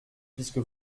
puisque